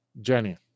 Jenny